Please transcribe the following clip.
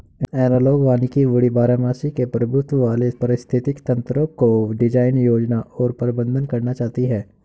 analogue वानिकी वुडी बारहमासी के प्रभुत्व वाले पारिस्थितिक तंत्रको डिजाइन, योजना और प्रबंधन करना चाहती है